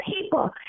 people